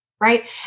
right